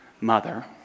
mother